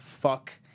fuck